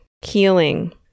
healing